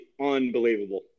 unbelievable